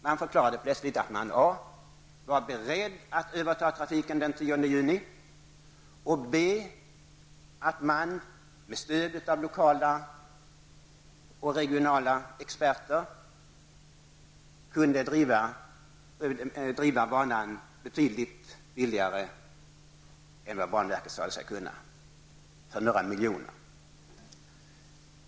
Man förklarade plötsligt att man a) var beredd att överta trafiken den 10 juni och b) att man med stöd av lokala och regionala experter kunde driva banan några miljoner billigare än vad banverket sade sig kunna.